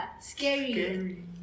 Scary